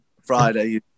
Friday